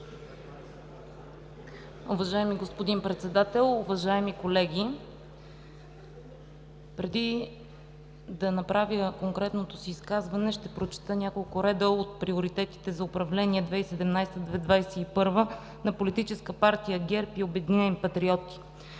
Уважаеми господин Председател, уважаеми колеги! Преди да направя конкретното си изказване, ще прочета няколко реда от „Приоритетите за управление 2017–2021“ на Политическа партия ГЕРБ и „Обединени патриоти“: